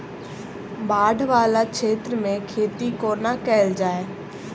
बाढ़ वला क्षेत्र मे खेती कोना कैल जाय?